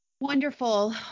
wonderful